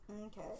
Okay